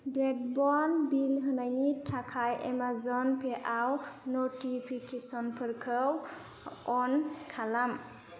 broadband bill होनायनि थाखाय Amazon पेयाव नटिफिकेसनफोरखौ अन खालाम